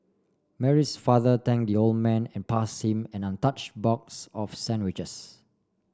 Mary's father thank the old man and pass him an untouched box of sandwiches